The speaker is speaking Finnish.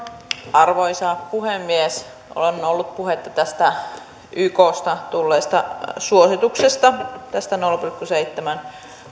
arvoisa puhemies meillä on ollut puhetta tästä yksta tulleesta suosituksesta että tämä nolla pilkku seitsemän